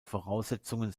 voraussetzungen